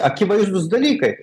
akivaizdūs dalykai